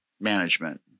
management